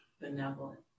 benevolent